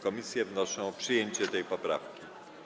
Komisje wnoszą o przyjęcie tej poprawki.